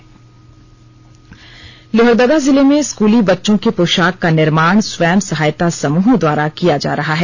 स्पे ाल स्टोरी लोहरदगा लोहरदगा जिले में स्कूली बच्चों के पोशाक का निर्माण स्वंय सहायता समृहों द्वारा किया जा रहा है